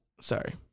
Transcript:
Sorry